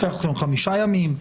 לוקח לכם חמישה ימים,